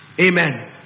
Amen